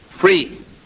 free